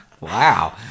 Wow